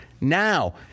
Now